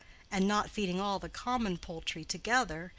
and not feeding all the common poultry together,